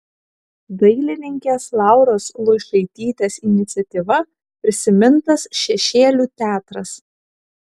dailininkės lauros luišaitytės iniciatyva prisimintas šešėlių teatras